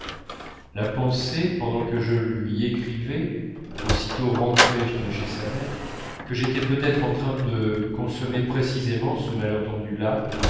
la pensée pendant que je lui écrivais aussitôt rentré de chez sa mère que j'étais peut-être en train de consommer précisément ce malentendu là